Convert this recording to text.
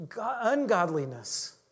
ungodliness